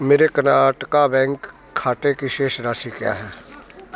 मेरे कनाटका बैंक खाते की शेष राशि क्या है